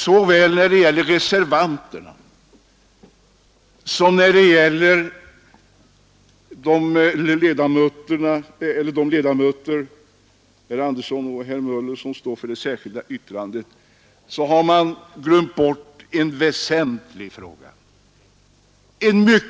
Såväl reservanterna som herrar Andersson i Örebro och Möller i Göteborg, vilka står för det särskilda yttrandet, har glömt bort en väsentlig fråga, som jag